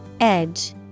Edge